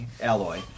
alloy